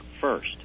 first